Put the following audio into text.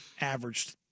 averaged